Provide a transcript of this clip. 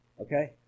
Okay